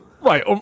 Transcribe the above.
right